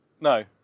no